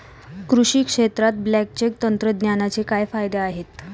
कृषी क्षेत्रात ब्लॉकचेन तंत्रज्ञानाचे काय फायदे आहेत?